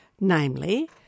namely